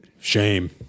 Shame